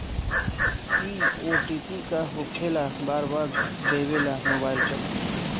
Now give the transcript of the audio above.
इ ओ.टी.पी का होकेला बार बार देवेला मोबाइल पर?